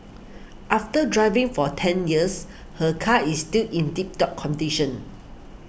after driving for ten years her car is still in tip top condition